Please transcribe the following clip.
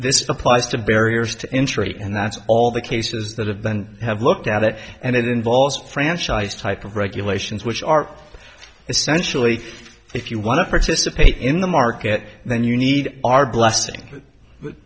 this applies to barriers to entry and that's all the cases that have been have looked at that and it involves franchise type of regulations which are essentially if you want to participate in the market then you need our blessing but